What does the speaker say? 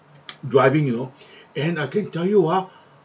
driving you know and I can tell you ah